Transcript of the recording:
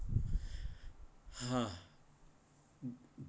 ah